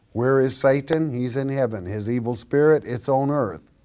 where is satan, he's in heaven. his evil spirit, it's on earth,